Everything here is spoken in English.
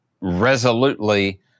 resolutely